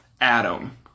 Adam